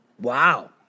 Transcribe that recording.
Wow